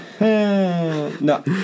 No